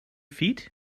feet